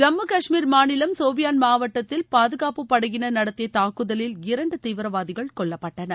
ஜம்மு காஷ்மீர் மாநில் சோஃபியான் மாவட்டத்தில் பாதுகாப்பு படையினர் நடத்திய தாக்குதலில் இரண்டு தீவிரவாதிகள் கொல்லப்பட்டனர்